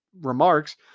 remarks